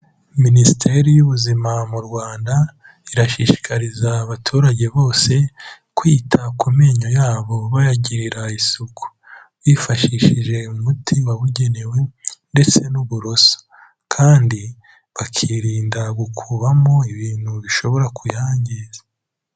Minisiteri y'Ubuzima mu Rwanda, irashishikariza abaturage bose, kwita ku menyo yabo bayagirira isuku, bifashishije umuti wabugenewe ndetse n'uburoso kandi bakirinda gukuramo ibintu bishobora kuyangiza.